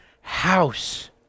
house